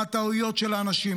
מה הטעויות של האנשים,